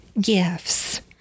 gifts